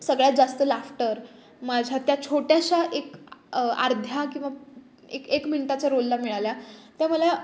सगळ्यात जास्त लाफ्टर माझ्या त्या छोट्याशा एक अ अर्ध्या किंवा एक एक मिनटाच्या रोलला मिळाल्या त्या मला